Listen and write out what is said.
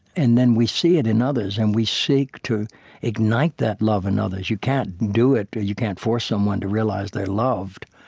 and then we see it in others, and we seek to ignite that love in and others. you can't do it, you can't force someone to realize they're loved,